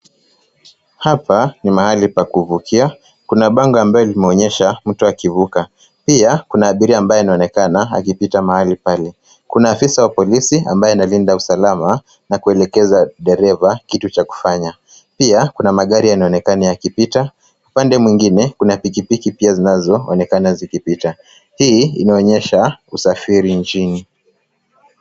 Hapa ni mahali pa kuvukia, kuna bango linalo onyesha mtu akivuka pia kuna abiria anaye onekana akipita mahali pale. Kuna afisa wa polisi anaye linda usalama na kuelekeza dereva kitu cha kufanya pia kuna magari yanaonekana yakipita upande mwingine kuna pikpiki zinaonekana zikipita, hii inaonyesha usafiri nchini.